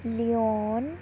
leon